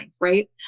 right